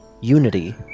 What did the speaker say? unity